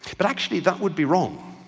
but actually that would be wrong,